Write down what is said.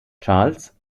charles